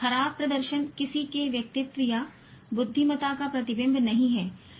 खराब प्रदर्शन किसी के व्यक्तित्व या बुद्धिमत्ता का प्रतिबिंब नहीं है